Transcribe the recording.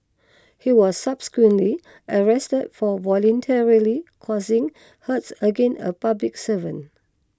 he was subsequently arrested for voluntarily causing hurts against a public servant